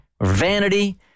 Vanity